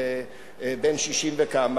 ובן 60 וכמה,